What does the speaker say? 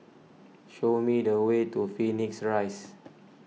show me the way to Phoenix Rise